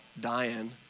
dying